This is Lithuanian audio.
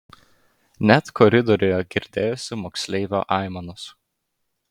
net koridoriuje girdėjosi moksleivio aimanos